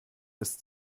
ist